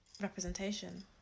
representation